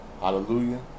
Hallelujah